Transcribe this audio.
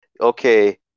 Okay